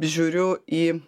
žiūriu į